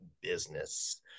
business